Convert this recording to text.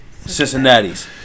Cincinnati's